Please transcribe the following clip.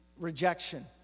rejection